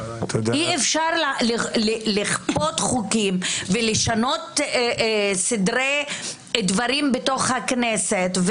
אי-אפשר לכפות חוקים ולשנות סדרי דברים בתוך הכנסת,